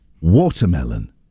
Watermelon